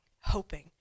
hoping